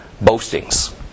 boastings